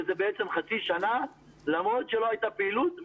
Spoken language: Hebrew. שזה בעצם חצי שנה, למרות שלא היתה פעילות.